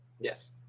Yes